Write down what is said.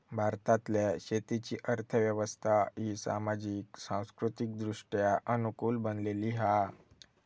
भारतातल्या शेतीची अर्थ व्यवस्था ही सामाजिक, सांस्कृतिकदृष्ट्या अनुकूल बनलेली हा